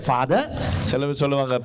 Father